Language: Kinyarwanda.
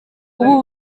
ubu